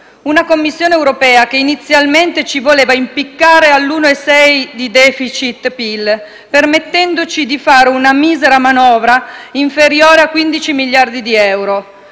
Una Commissione europea che inizialmente ci voleva impiccare all'1,6 di *deficit*-PIL, permettendoci di fare una misera manovra inferiore ai 15 miliardi di euro!